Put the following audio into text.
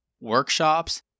workshops